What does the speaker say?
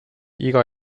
iga